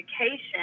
education